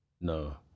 No